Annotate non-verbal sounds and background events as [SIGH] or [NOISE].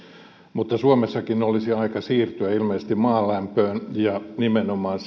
mutta suomessakin olisi aika siirtyä ilmeisesti maalämpöön nimenomaan [UNINTELLIGIBLE]